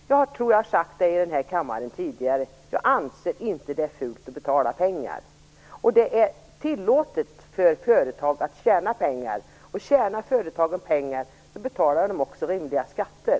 Jag tror att jag har sagt det i denna kammare tidigare. Jag anser inte att det är fult att tjäna pengar. Det är tillåtet för företag att tjäna pengar. Tjänar företagen pengar betalar de också rimliga skatter.